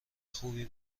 خوبی